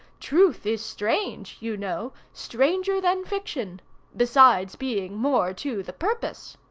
truth is strange you know, stranger than fiction' besides being more to the purpose.